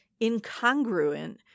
incongruent